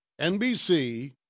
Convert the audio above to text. NBC